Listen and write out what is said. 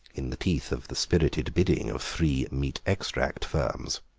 in the teeth of the spirited bidding of three meat-extract firms.